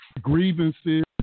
grievances